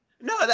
No